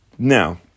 Now